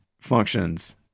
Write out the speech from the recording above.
functions